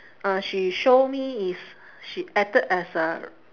ah she show me is she acted as a